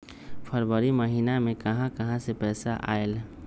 फरवरी महिना मे कहा कहा से पैसा आएल?